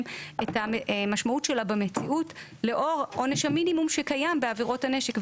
את המשמעות שלה במציאות לאור עונש המינימום שקיים בעבירות הנשק.